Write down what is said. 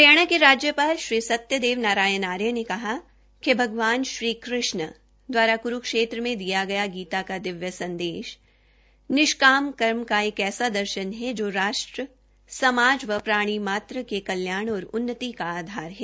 हरियाणा के राज्यपाल श्री सत्यदेव नारायण आर्य ने कहा कि भगवान श्री कृष्ण द्वारा कुरूक्षेत्र में दिया गया गीता का दिव्य संदेश निष्काम कर्म का एक ऐसा दर्शन है जो राष्ट्र समाज व प्राणी मात्र के कल्याण और उन्नति का आधार है